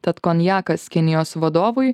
tad konjakas kinijos vadovui